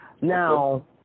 Now